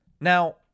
Now